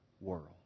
world